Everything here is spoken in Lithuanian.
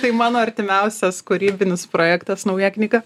tai mano artimiausias kūrybinis projektas nauja knyga